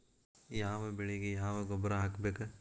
ಯಾವ ಬೆಳಿಗೆ ಯಾವ ಗೊಬ್ಬರ ಹಾಕ್ಬೇಕ್?